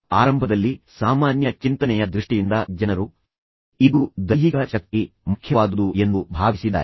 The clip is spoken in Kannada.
ಆದ್ದರಿಂದ ಆರಂಭದಲ್ಲಿ ಸಾಮಾನ್ಯ ಚಿಂತನೆಯ ದೃಷ್ಟಿಯಿಂದ ಜನರು ಇದು ದೈಹಿಕ ಶಕ್ತಿ ಮುಖ್ಯವಾದುದು ಎಂದು ಭಾವಿಸಿದ್ದಾರೆ